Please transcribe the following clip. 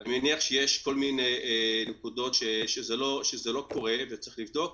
אני מניח שיש כל מיני נקודות שזה לא קורה וצריך לבדוק,